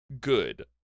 good